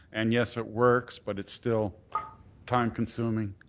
and, yes, it works, but it's still time consuming.